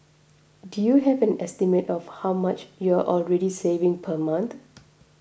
do you have an estimate of how much you're already saving per month